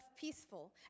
peaceful